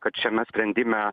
kad šiame sprendime